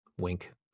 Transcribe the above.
wink